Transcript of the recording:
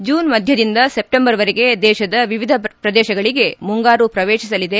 June ಮಧ್ಯದಿಂದ ಸೆಪ್ಪಂಬರ್ವರೆಗೆ ದೇತದ ವಿವಿದ ಶ್ರದೇಶಗಳಿಗೆ ಮುಂಗಾರು ಪ್ರವೇತಿಸಲಿದೆ